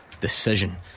decision